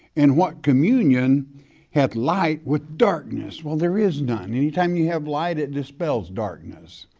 and what communion hath light with darkness? well, there is none. anytime you have light, it dispels darkness.